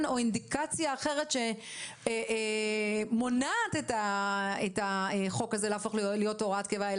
או אינדיקציה אחרת שמונעת את החוק הזה להפוך להיות הוראת קבע,